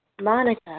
Monica